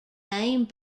named